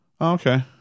Okay